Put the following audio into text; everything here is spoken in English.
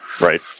Right